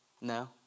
No